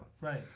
Right